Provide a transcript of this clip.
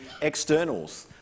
externals